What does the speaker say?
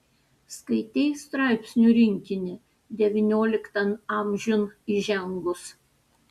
skaitei straipsnių rinkinį devynioliktan amžiun įžengus